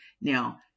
Now